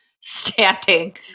standing